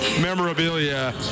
memorabilia